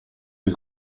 del